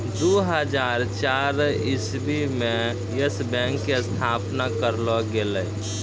दु हजार चार इस्वी मे यस बैंक के स्थापना करलो गेलै